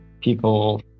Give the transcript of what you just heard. people